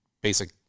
basic